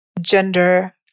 gender